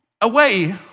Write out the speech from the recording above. away